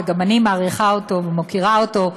וגם אני מעריכה אותו ומוקירה אותו,